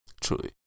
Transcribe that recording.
truly